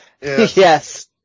Yes